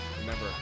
Remember